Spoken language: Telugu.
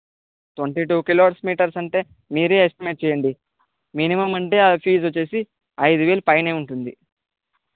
ట్వంటీ టూ కిలోమీటర్స్ అంటే మీరే ఎస్టిమేట్ చేయండి మినిమమ్ అంటే ఆ ఫీజ్ వచ్చేసి ఐదువేల పైనే ఉంటుంది